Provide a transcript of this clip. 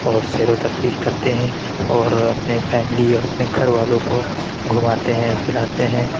اور سیر و تفریح کرتے ہیں اور اپنے فیملی اور اپنے گھر والوں کو گھماتے ہیں پھراتے ہیں